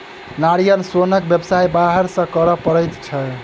नारियल सोनक व्यवसाय बाहर सॅ करय पड़ैत छै